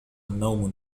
نوم